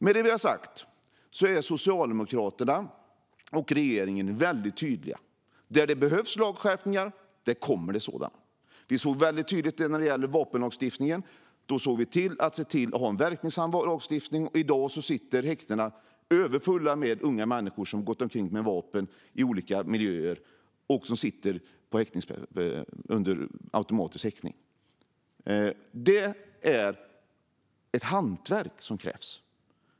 Med detta sagt är Socialdemokraterna och regeringen väldigt tydliga. Där det behövs lagskärpningar kommer det sådana. Det kunde man tydligt se när det gällde vapenlagstiftningen. Då såg vi till att få en verksam lagstiftning, och i dag är häktena överfulla av unga människor som gått omkring med vapen i olika miljöer. Nu sitter de inne under automatisk häktning. Vad som krävs är ett hantverk.